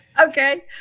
Okay